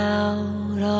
out